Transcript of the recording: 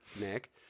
Nick